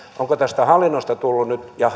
onko hallinnosta ja